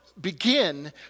Begin